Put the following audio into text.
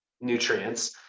nutrients